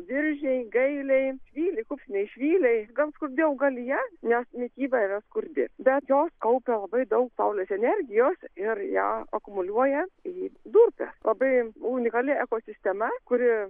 viržiai gailiai kupstiniai žvyliai gan skurdi augalija nes mityba yra skurdi bet jos kaupia labai daug saulės energijos ir ją akumuliuoja į durpę labai unikali ekosistema kuri